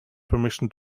permission